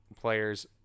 players